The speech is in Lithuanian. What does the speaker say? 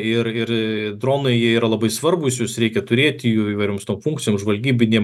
ir ir dronai jie yra labai svarbūs juos reikia turėti jų įvairioms funkcijoms žvalgybinėm